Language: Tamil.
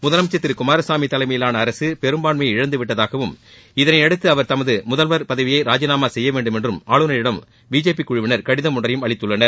முதலமைச்சர் திரு குமாரசாமி தலைமையிலான அரசு பெரும்பான்மையை இழந்து விட்டதாகவும் இதனையடுத்து அவர் தமது முதலமைச்சர் பதவியை ராஜினாமா செய்யவேண்டும் என்றும் ஆளுநரிடம் பிஜேபி குழுவினர் கடிதம் ஒன்றையும் அளித்துள்ளனர்